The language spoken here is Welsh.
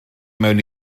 mewn